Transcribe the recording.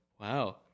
Wow